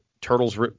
turtles